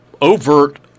overt